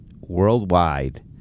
worldwide